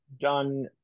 done